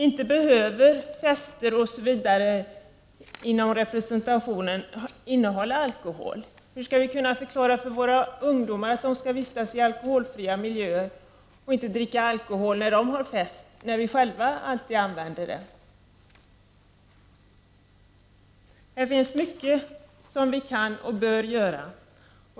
Inte behöver väl fester och representation innehålla alkohol? Hur skall vi kunna förklara för våra ungdomar att de skall vistas i alkoholfria miljöer och inte dricka alkohol när de har fest, när vi själva alltid använder det? Här finns mycket som vi kan och bör göra.